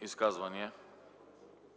и 8.”